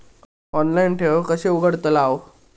Online ठेव कशी उघडतलाव?